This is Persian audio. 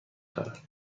دارد